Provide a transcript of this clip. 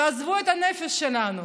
ועזבו את הנפש שלנו,